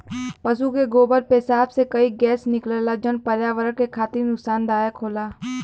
पसु के गोबर पेसाब से कई गैस निकलला जौन पर्यावरण के खातिर नुकसानदायक होला